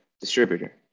Distributor